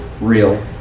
real